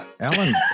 Alan